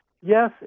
Yes